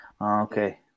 Okay